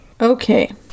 okay